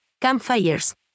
campfires